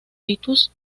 titus